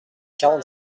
quarante